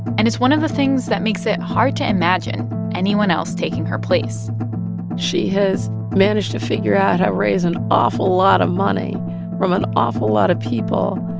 and it's one of the things that makes it hard to imagine anyone else taking her place she has managed to figure out to ah raise an awful lot of money from an awful lot of people,